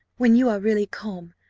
when you are really calm,